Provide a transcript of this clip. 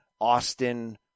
Austin